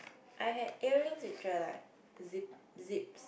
I had earrings which were like zip zips